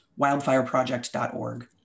wildfireproject.org